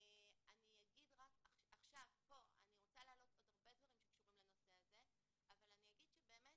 אני רוצה להעלות עוד הרבה דברים שקשורים לנושא הזה אבל אני אומר שבאמת